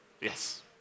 Yes